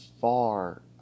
far